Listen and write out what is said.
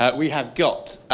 ah we have got